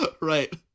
Right